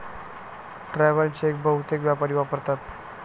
travel cheque बहुतेक व्यापारी वापरतात